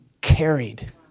carried